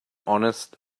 honest